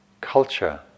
culture